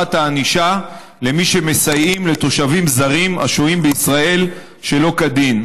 של הענישה למי שמסייעים לתושבים זרים השוהים בישראל שלא כדין.